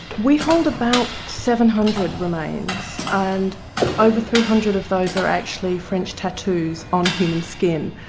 we hold about seven hundred remains, and over three hundred of those are actually french tattoos on human skin.